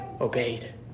obeyed